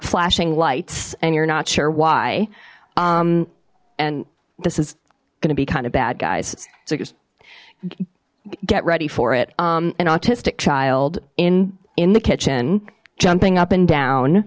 flashing lights and you're not sure why and this is gonna be kind of bad guys so just get ready for it an autistic child in in the kitchen jumping up and down